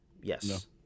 yes